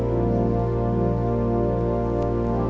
or